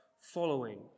following